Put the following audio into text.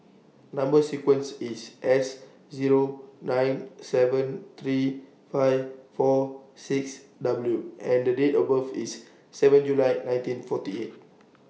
Number sequence IS S Zero nine seven three five four six W and Date of birth IS seven July nineteen forty eight